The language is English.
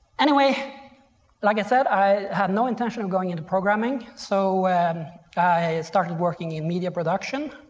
anyway like i said i had no intention of going into programming so i started working in media production.